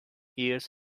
years